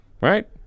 Right